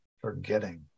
forgetting